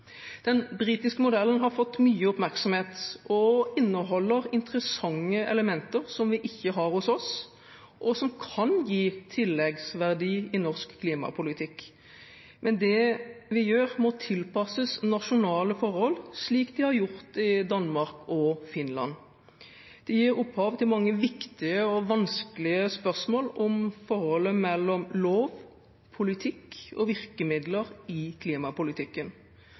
Den britiske modellen har fått mye oppmerksomhet og inneholder interessante elementer som vi ikke har hos oss, og som kan gi tilleggsverdi i norsk klimapolitikk. Men det vi gjør, må tilpasses nasjonale forhold, slik de har gjort i Danmark og Finland. Det gir opphav til mange viktige og vanskelige spørsmål om forholdet mellom lov, politikk og virkemidler i klimapolitikken.